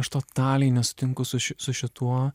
aš totaliai nesutinku su ši su šituo